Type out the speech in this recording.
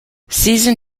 season